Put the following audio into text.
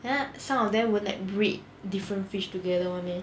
and then some of them won't like breed different fish together [one] meh